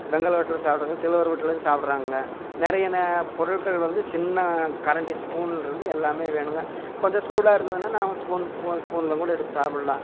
வெண்கல வட்டில்ல சாப்பிட்றவங்க சில்வர் வட்டில்லயும் சாப்பிட்றாங்கங்க நிறைய ந பொருட்கள் வந்து சின்ன கரண்டி ஸ்பூன்லருந்து எல்லாமே வேணுங்க கொஞ்சம் சூடாக இருந்ததுனால் நான் ஸ்பூன் ஸ்பூன்ல கூட எடுத்து சாப்பிட்லாம்